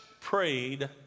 prayed